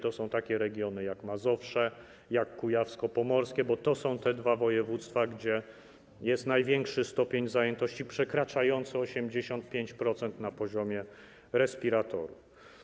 To są takie regiony jak Mazowsze, jak kujawsko-pomorskie, bo to są te dwa województwa, gdzie jest największy poziom zajętości przekraczający 85%, jeżeli chodzi o poziom respiratorów.